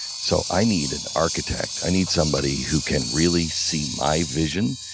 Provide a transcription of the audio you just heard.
so i need an architect. i need somebody who can really see my vision,